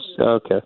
Okay